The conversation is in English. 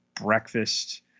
breakfast